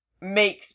makes